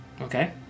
Okay